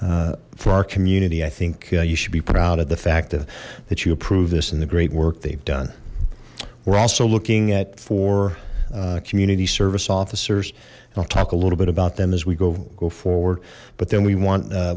a for our community i think you should be proud of the fact that that you approve this and the great work they've done we're also looking at for community service officers and i'll talk a little bit about them as we go forward but then we want